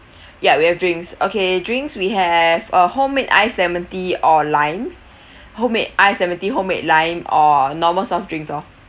ya we have drinks okay drinks we have uh homemade ice lemon tea or lime homemade ice lemon tea homemade lime or normal soft drinks lor